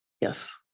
Yes